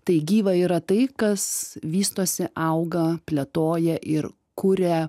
tai gyva yra tai kas vystosi auga plėtoja ir kuria